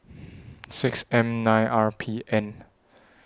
six M nine R P N